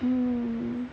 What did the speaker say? mmhmm